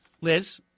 Liz